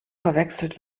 verwechselt